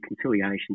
conciliation